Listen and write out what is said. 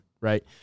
Right